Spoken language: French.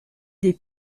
des